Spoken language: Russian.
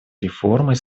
реформой